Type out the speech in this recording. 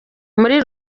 muri